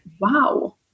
wow